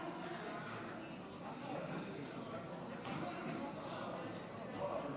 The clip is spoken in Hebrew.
החוק שיפוט צבאי לא